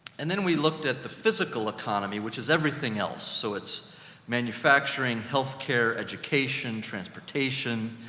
and then we looked at the physical economy, which is everything else. so it's manufacturing, healthcare, education, transportation,